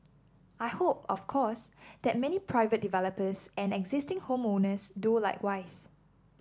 I hope of course that many private developers and existing home owners do likewise